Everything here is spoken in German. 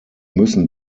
müssen